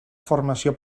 formació